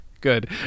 good